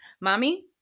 mommy